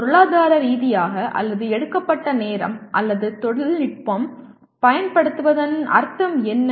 பொருளாதார ரீதியாக அல்லது எடுக்கப்பட்ட நேரம் அல்லது தொழில்நுட்பம் பயன்படுத்தப்படுவதன் அர்த்தம் என்ன